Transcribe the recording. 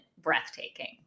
breathtaking